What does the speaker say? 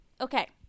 Okay